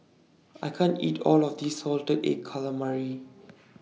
I can't eat All of This Salted Egg Calamari